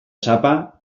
sapa